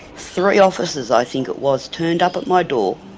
three officers i think it was turned up at my door,